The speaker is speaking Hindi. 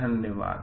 धन्यवाद